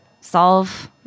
solve